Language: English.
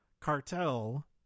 cartel